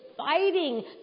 Fighting